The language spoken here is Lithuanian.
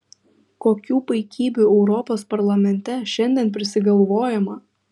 kokių paikybių europos parlamente šiandien prisigalvojama